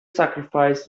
sacrifice